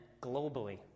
globally